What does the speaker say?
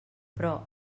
però